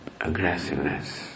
aggressiveness